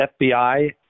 FBI